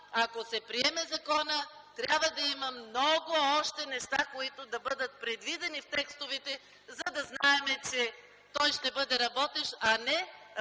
ако се приеме законът, трябва да има още много неща, които да бъдат предвидени в текстовете, за да знаем, че ще бъде работещ, а не работещ